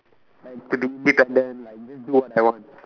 like to do be independent like just do what I want